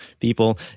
people